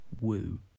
Woo